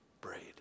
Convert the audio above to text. braid